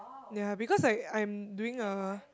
ya because I I am doing a